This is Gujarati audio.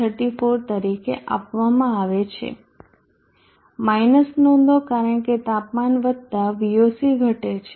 34 તરીકે આપવામાં આવે છે માયનસ નોંધો કારણ કે તાપમાન વધતા VOC ઘટે છે